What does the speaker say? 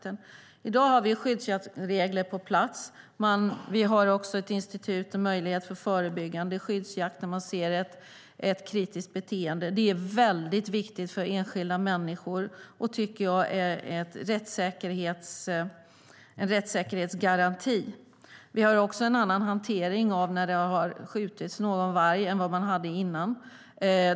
I dag har vi skyddsjaktsregler på plats. Vi hart också ett institut och möjlighet för förebyggande skyddsjakt när man ser ett kritiskt beteende. Det är väldigt viktigt för enskilda människor, och jag tycker att det är en rättssäkerhetsgaranti. Vi har också en annan hantering när en varg har skjutits än vad som var fallet innan.